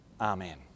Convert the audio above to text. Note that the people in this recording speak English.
Amen